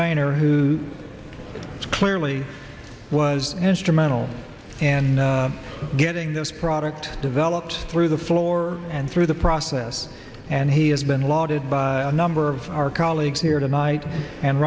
are who clearly was instrumental in getting this product developed through the floor and through the process and he has been lauded by a number of our colleagues here tonight and